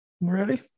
Ready